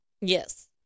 Yes